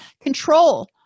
Control